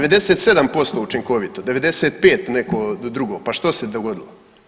97% učinkovito, 95 neko drugo pa što se dogodilo?